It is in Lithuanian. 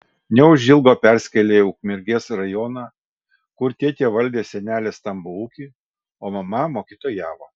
neužilgo persikėlė į ukmergės rajoną kur tėtė valdė senelės stambų ūkį o mama mokytojavo